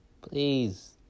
Please